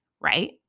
Right